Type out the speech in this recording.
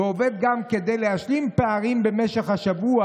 ועובד גם כדי להשלים פערים במשך השבוע"